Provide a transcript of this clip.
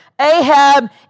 Ahab